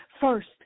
First